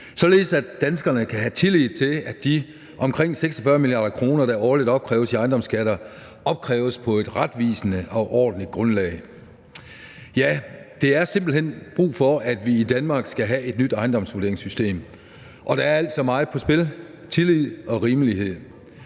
så danskerne kan have tillid til, at de omkring 46 mia. kr., der årligt opkræves i ejendomsskatter, opkræves på et retvisende og ordentligt grundlag. Der er simpelt hen brug for, at vi i Danmark skal have et nyt ejendomsvurderingssystem, og der er altså meget på spil, nemlig tillid og rimelighed.